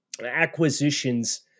acquisitions